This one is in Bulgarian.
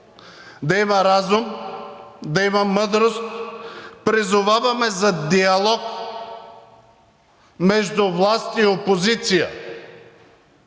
да има разум, да има мъдрост, призоваваме за диалог между власт и опозиция.